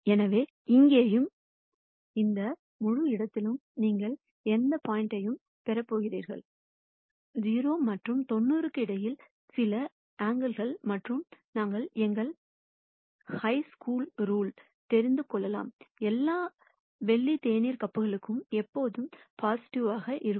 எனவே இங்கேயும் இந்த முழு இடத்திலும் நீங்கள் எந்த பாயிண்ட்யையும் பெறப் போகிறீர்கள் 0 மற்றும் 90 க்கு இடையில் சில ஆங்கில்கள் மற்றும் நாங்கள் எங்கள் ஹை ஸ்கூல் ரூல்லிருந்து தெரிந்து கொள்ளலாம் எல்லா வெள்ளி தேநீர் கப்புகளும் எப்போதும் பொசிடிவிவாக இருக்கும்